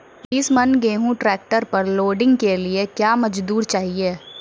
बीस मन गेहूँ ट्रैक्टर पर लोडिंग के लिए क्या मजदूर चाहिए?